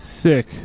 Sick